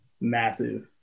massive